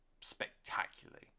spectacularly